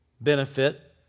benefit